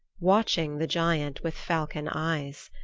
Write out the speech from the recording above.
watching the giant with falcon eyes.